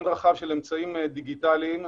רחב של אמצעים דיגיטליים.